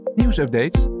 nieuwsupdates